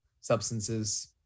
Substances